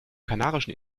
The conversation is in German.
kanarische